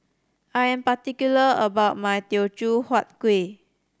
I am particular about my Teochew Huat Kueh